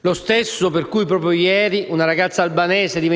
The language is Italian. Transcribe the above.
lo stesso per cui proprio ieri una ragazza albanese di